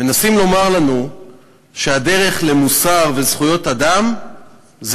מנסים לומר לנו שהדרך למוסר וזכויות אדם היא